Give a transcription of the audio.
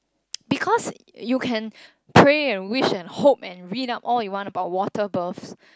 because you can pray and wish and hope and read up all you want about water births